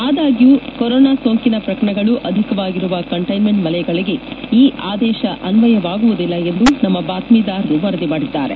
ಆದಾಗ್ಗೂ corona ಸೋಂಕಿನ ಪ್ರಕರಣಗಳು ಅಧಿಕವಾಗಿರುವ ಕಂಟೈನ್ಲೆಂಟ್ ವಲಯಗಳಗೆ ಈ ಆದೇಶ ಅನ್ವಯವಾಗುವುದಿಲ್ಲ ಎಂದು ನಮ್ಮ ಬಾತ್ತೀದಾರರು ವರದಿ ಮಾಡಿದ್ಗಾರೆ